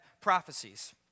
prophecies